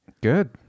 Good